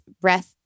breath